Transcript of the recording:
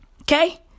okay